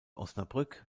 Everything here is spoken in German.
osnabrück